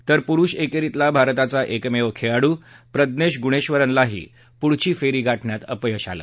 तर पुरुष एकेरीतला भारताचा एकमेव खेळाडू प्रज्ञेश गुणेश्वरनलाही पुढची फेरी गाठण्यात अपयश आलं